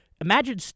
Imagine